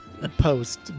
Post